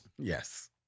Yes